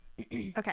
okay